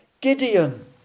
Gideon